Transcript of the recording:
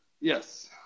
Yes